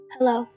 Hello